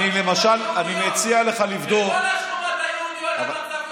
ובכל השכונות היהודיות המצב יותר טוב.